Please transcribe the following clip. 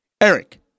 Eric